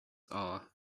are